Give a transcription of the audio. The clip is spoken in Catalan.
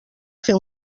fer